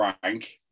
Frank